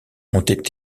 ont